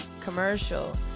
commercial